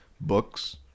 Books